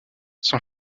son